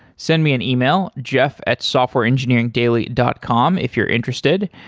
send me an email, jeff at softwareengineeringdaily dot com if you're interested.